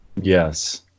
yes